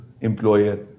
employer